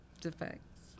defects